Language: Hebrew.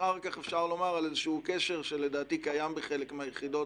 ואחר כך אפשר לומר על קשר שלדעתי קיים בחלק מהיחידות,